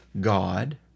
God